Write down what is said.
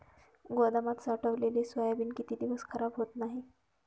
गोदामात साठवलेले सोयाबीन किती दिवस खराब होत नाही?